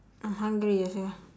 I'm hungry ah sia